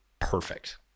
perfect